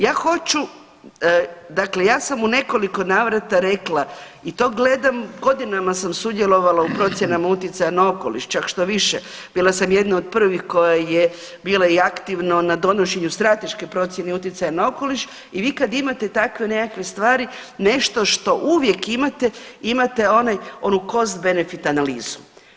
Ja hoću, dakle ja sam u nekoliko navrata rekla i to gledam, godinama sam sudjelovala u procjenama utjecaja na okoliš, čak štoviše bila sam jedna od prvih koja je bila i aktivno na donošenju strateške procjene utjecaja na okoliš i vi kad imate takve nekakve stvari nešto što uvijek imate imate onaj, onu cost-benefit analizu.